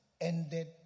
ended